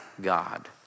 God